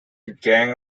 gang